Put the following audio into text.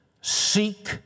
seek